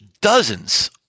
dozens